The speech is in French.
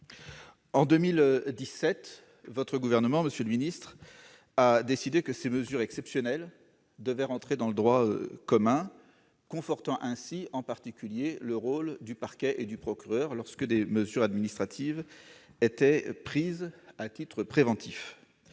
auquel vous appartenez, monsieur le ministre, a décidé que ces mesures exceptionnelles devaient entrer dans le droit commun, confortant ainsi, en particulier, le rôle du parquet, du procureur, en cas de mesures administratives prises à titre préventif.